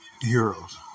heroes